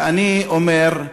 ואני אומר,